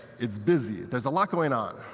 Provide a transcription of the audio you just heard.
it's busy. there's a lot going on.